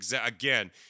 Again